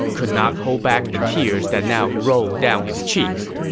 could not hold back the tears that now rolled down his cheeks.